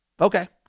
Okay